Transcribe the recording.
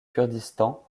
kurdistan